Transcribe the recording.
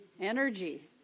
Energy